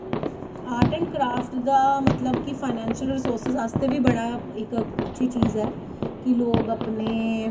art and craft दा मतलव कि फाइनैंशली रिसोरसिस आस्तै बी इक बड़ा अच्छी चीज़ ऐ कि लोग अपनें